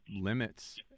limits